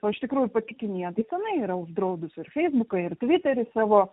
o iš tikrųjų pati kinija tai tenai yra uždraudusi ir feisbuką ir tviterį savo